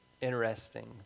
interesting